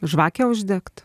žvakę uždegt